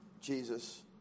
Jesus